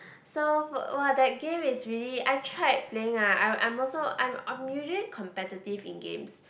so f~ [wah] that game is really I tried playing ah I'm I'm also I'm I'm usually competitive in games